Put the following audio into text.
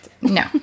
No